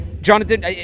Jonathan –